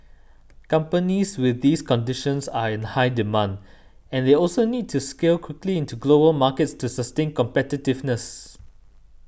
companies with these conditions are in high demand and they also need to scale quickly into global markets to sustain competitiveness